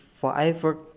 forever